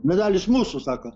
medalis mūsų sako